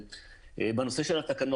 דבר שני, לגבי התקן הישראלי שהוא מדבר עליו.